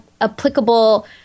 applicable